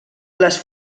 les